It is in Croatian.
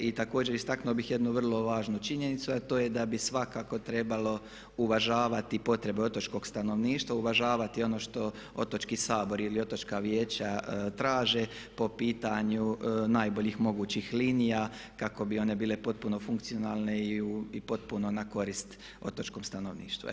I također istaknuo bih jednu vrlo važnu činjenicu a to je da bi svakako trebalo uvažavati potrebe otočkog stanovništva, uvažavati ono što Otočni sabor ili Otočna vijeća traže po pitanju najboljih mogućih linija kako bi one bile potpuno funkcionalne i potpuno na korist otočkom stanovništvu.